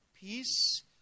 peace